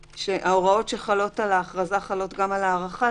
ההוראות שחלות על ההכרזה חלות גם על הארכה,